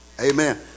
Amen